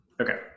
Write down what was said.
Okay